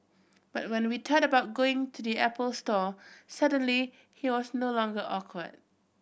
but when we thought about going to the Apple store suddenly he was no longer awkward